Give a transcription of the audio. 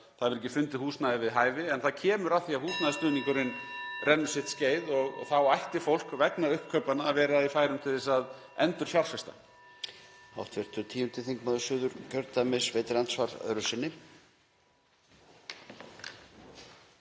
það hefur ekki fundið húsnæði við hæfi, en það kemur að því að húsnæðisstuðningurinn (Forseti hringir.) rennur sitt skeið og þá ætti fólk vegna uppkaupanna að vera í færum til að endurfjárfesta.